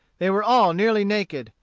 they were all nearly naked,